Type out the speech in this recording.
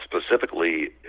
specifically